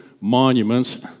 monuments